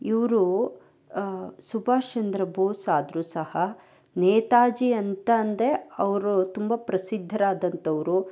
ಇವರು ಸುಭಾಷ್ ಚಂದ್ರ ಬೋಸ್ ಆದರೂ ಸಹ ನೇತಾಜಿ ಅಂತ ಅಂದೇ ಅವರು ತುಂಬ ಪ್ರಸಿದ್ದರಾದಂಥವರು